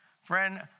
Friend